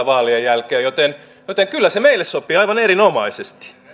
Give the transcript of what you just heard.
vaalien jälkeen joten joten kyllä se meille sopii aivan erinomaisesti